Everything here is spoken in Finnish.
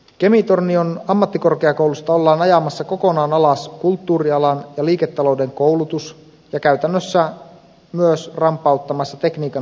kemi tornion ammattikorkeakoulusta ollaan ajamassa kokonaan alas kulttuurialan ja liiketalouden koulutus ja käytännössä myös rampauttamassa tekniikan alan koulutus